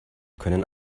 können